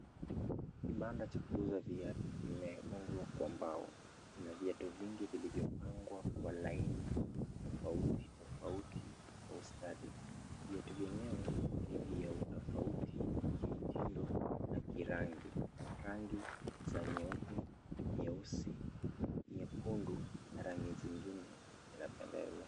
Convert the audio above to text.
Kibanda cha kuuza viatu kimeundwa kwa mbao kina viatu vingi vilivyopangwa kwa laini tofauti tofauti kwa ustadi. Viatu vyenyewe ni vya tofauti kimtindo na kirangi, rangi za nyeupe nyeusi nyekundu na rangi, nyingine zapendeza.